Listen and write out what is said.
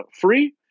free